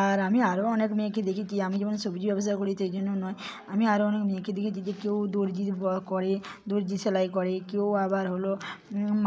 আর আমি আরও অনেক মেয়েকে দেখেছি আমি যেমন সবজি ব্যবসা করি সেই জন্য নয় আমি আরও অনেক মেয়েকে দেখেছি যে কেউ দর্জির ওয়ার্ক করে দর্জি সেলাই করে কেউ আবার হল